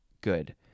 good